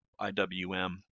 IWM